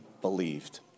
believed